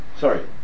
sorry